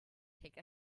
take